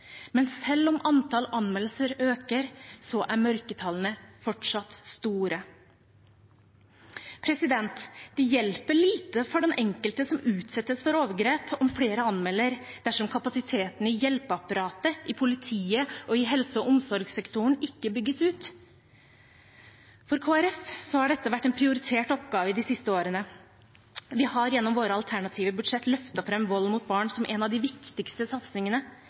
Men selv om antallet anmeldelser øker, er mørketallene fortsatt store. Det hjelper lite for den enkelte som utsettes for overgrep at flere anmelder dersom kapasiteten i hjelpeapparatet, i politiet og i helse- og omsorgssektoren ikke bygges ut. For Kristelig Folkeparti har dette vært en prioritert oppgave i de siste årene. Vi har gjennom våre alternative budsjetter løftet fram vold mot barn som en av de viktigste satsingene,